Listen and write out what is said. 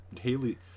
Haley